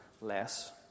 less